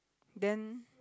then